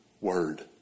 word